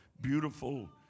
beautiful